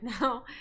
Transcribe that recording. now